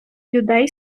людей